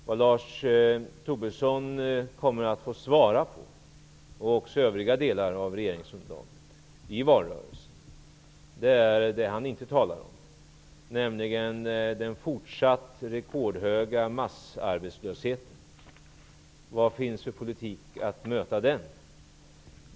Vad Lars Tobisson och övriga delar av regeringsunderlaget kommer att få stå till svars för i valrörelsen är det som han inte talar om, nämligen den fortsatt rekordhöga massarbetslösheten -- vad finns det för politik att möta den?